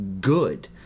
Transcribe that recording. good